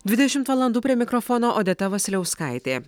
dvidešimt valandų prie mikrofono odeta vasiliauskaitė